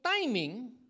timing